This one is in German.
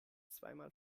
zweimal